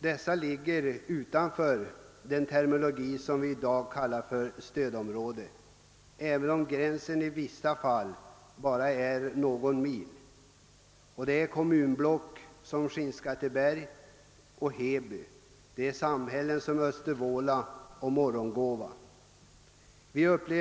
De ligger emellertid utanför vad vi i dag kallar stödområdet, även om avståndet dit i vissa fall bara är någon mil. Det är kommunblock som Skinnskatteberg och Heby, samhällen som Östervåla och Morgongåva.